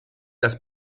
das